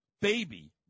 baby